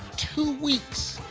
two weeks.